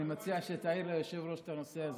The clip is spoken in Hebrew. אני מציע שתעיר ליושב-ראש את הנושא הזה.